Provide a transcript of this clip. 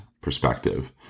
perspective